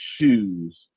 shoes